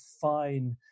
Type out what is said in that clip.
fine